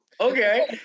okay